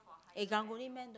eh karang-guni Man don't